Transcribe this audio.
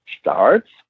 starts